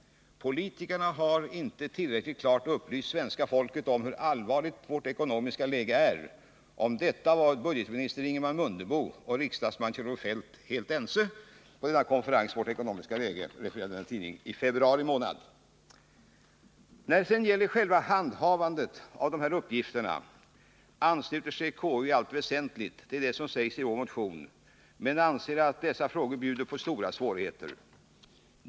Vidare heter det: ”Politikerna har inte tillräckligt klart upplyst svenska folket om hur allvarligt vårt ekonomiska läge är. Om detta var budgetminister Ingemar Mundebo och riksdagsman Kjell-Olof Feldt helt ense —-- på konferensen Vårt ekonomiska läge.” Detta skrevs i februari månad. När det gäller själva handhavandet av dessa uppgifter ansluter sig KU i allt väsentligt till det som sägs i vår motion men anser att dessa frågor bjuder på stora svårigheter.